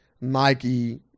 Nike